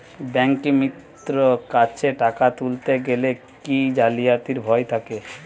ব্যাঙ্কিমিত্র কাছে টাকা তুলতে গেলে কি জালিয়াতির ভয় থাকে?